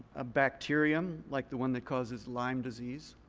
a bacterium like the one that causes lyme disease.